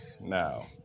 Now